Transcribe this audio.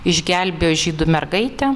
išgelbėjo žydų mergaitę